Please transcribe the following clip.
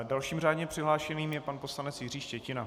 Dalším řádně přihlášeným je pan poslanec Jiří Štětina.